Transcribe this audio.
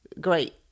great